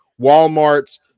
Walmarts